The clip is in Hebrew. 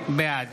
בעד